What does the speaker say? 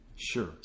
Sure